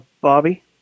Bobby